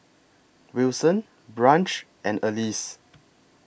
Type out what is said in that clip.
Wilson Branch and Alys